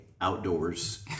outdoors